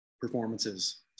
performances